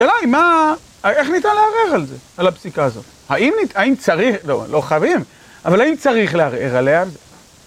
אולי מה, איך ניתן לערער על זה, על הפסיקה הזאת? האם ניתן, האם צריך, לא חייבים, אבל האם צריך לערער עליה?